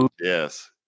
Yes